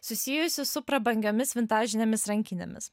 susijusi su prabangiomis vintažinėmis rankinėmis